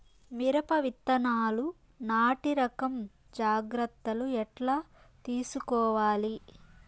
మిరప విత్తనాలు నాటి రకం జాగ్రత్తలు ఎట్లా తీసుకోవాలి?